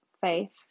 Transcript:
faith